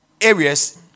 areas